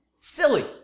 Silly